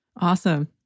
Awesome